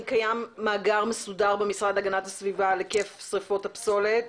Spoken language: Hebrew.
קיים מאגר מסודר במשרד להגנת הסביבה על היקף שריפות הפסולת,